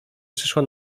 przyszła